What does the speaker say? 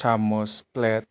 सामज flat